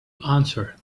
answered